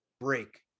Break